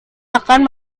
akan